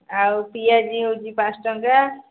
ଆଉ ପିଆଜି ହେଉଛି ପାଞ୍ଚ ଟଙ୍କା